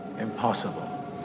Impossible